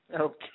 Okay